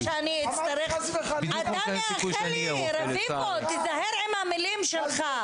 הכנסת רביבו, בואו נעצור פה רגע.